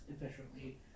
efficiently